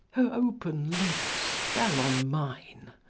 her open lips fell on mine,